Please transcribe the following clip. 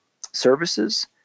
services